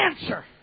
answer